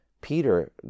Peter